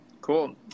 Cool